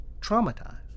traumatized